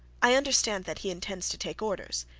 i understand that he intends to take orders.